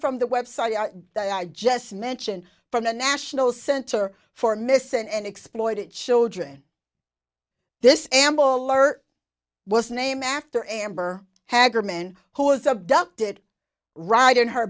from the website that i just mentioned from the national center for missing and exploited children this amber alert was named after amber haggard man who was abducted riding her